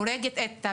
הבנתי אותך, אבל זה לא